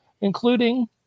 including